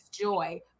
Joy